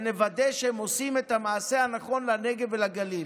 ונוודא שהם עושים את המעשה הנכון לנגב ולגליל.